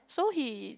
so he